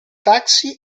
taxi